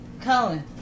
Colin